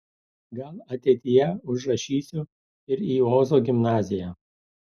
gal ateityje užrašysiu ir į ozo gimnaziją